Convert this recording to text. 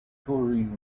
touring